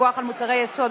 פיקוח על מוצרי יסוד),